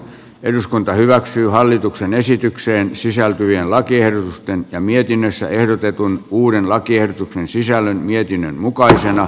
eduskunta hyväksyy hallituksen esitykseen sisältyvien lakien on mietinnössä ehdotetun että heidän nimensä painuu lokaan